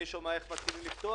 אני שומע איך מתחילים לפתוח,